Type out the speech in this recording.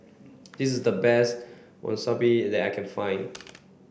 this is the best Monsunabe that I can find